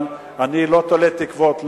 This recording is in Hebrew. אבל אני לא תולה תקוות,